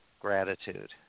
Gratitude